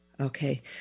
Okay